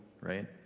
right